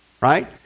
right